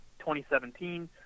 2017